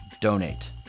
donate